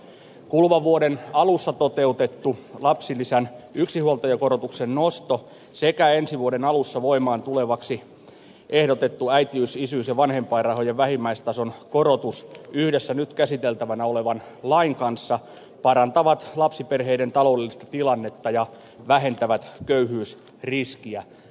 kuluvan vuoden alussa toteutettu lapsilisän yksinhuoltajakorotuksen nosto sekä ensi vuoden alussa voimaan tulevaksi ehdotettu äitiys isyys ja vanhempainrahojen vähimmäistason korotus yhdessä nyt käsiteltävänä olevan lain kanssa parantavat lapsiperheiden taloudellista tilannetta ja vähentävät köyhyysriskiä